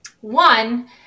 One